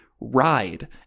ride